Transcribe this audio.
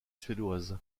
suédoise